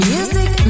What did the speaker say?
Music